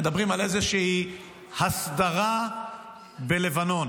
מדברים על איזושהי הסדרה בלבנון.